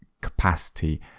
capacity